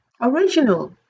original